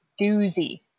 doozy